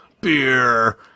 beer